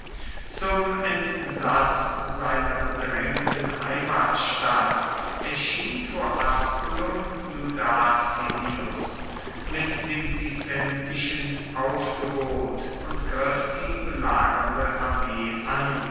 zum entsatz seiner bedrängten heimatstadt erschien vor asculum iudacilius mit dem picentischen aufgebot und griff die belagernde armee an